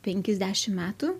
penkis dešim metų